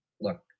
Look